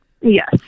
Yes